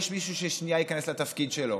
יש מישהו שייכנס לתפקיד שלו.